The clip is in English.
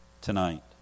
tonight